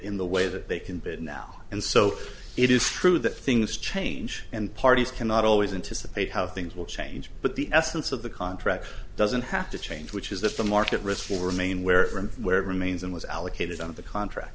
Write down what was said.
in the way that they can bid now and so it is true that things change and parties cannot always into separate how things will change but the essence of the contract doesn't have to change which is that the market risk will remain where and where it remains and was allocated on the contract